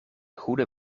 goede